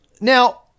Now